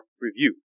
Review